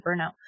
burnout